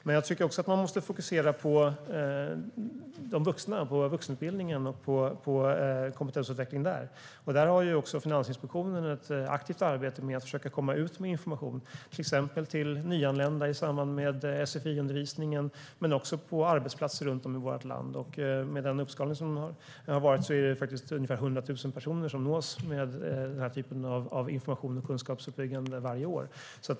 Men man måste också fokusera på vuxenutbildningen och kompetensutveckling där. Finansinspektionen arbetar aktivt för att komma ut med information till exempel till nyanlända i samband med sfi-undervisningen, men också på arbetsplatser runt om i vårt land. Varje år är det ungefär 100 000 personer som nås med den här typen av kunskapsuppbyggande information.